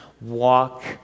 walk